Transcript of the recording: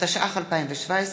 התשע"ח 2017,